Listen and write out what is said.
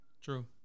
True